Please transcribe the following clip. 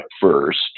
first